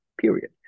Period